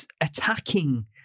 attacking